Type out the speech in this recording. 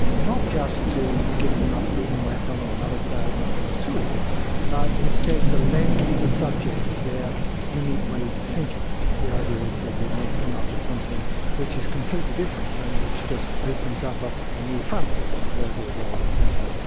not just to give us another beam weapon or another diagnostic tool but instead to lend the subject their unique ways of thinking, the idea is that we may come up with something which is completely different and which just opens up a ah new front in the proverbial war on cancer.